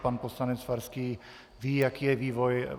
Pan poslanec Farský ví, jaký je vývoj.